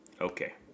Okay